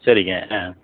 சரிங்க ஆ